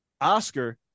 Oscar